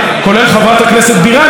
שהזכירה את המילה הזאת.